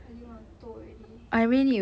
I really want to toh already